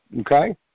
okay